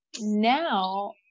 now